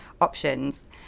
options